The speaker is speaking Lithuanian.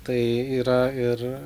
tai yra ir